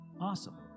Awesome